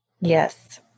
Yes